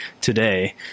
today